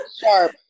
sharp